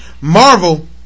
Marvel